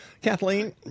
Kathleen